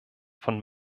von